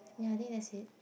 ya I think that's it